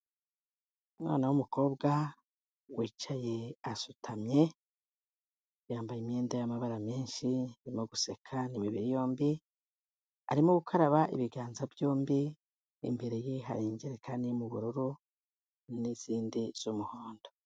Umwana w'umukobwa wicaye asutamye, yambaye imyenda y'amabara menshi arimo guseka ni imibiri yombi, arimo gukaraba ibiganza byombi, imbere ye hari injerekani irimo ubururu n'izindi z'umuhondo.